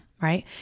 right